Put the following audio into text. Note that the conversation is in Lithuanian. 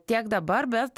tiek dabar bet